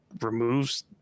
removes